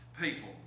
people